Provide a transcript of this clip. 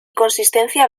consistencia